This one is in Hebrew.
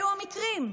אלה המקרים.